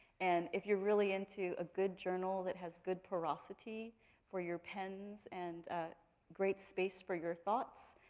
and if you're really into a good journal that has good porosity for your pens and great space for your thoughts,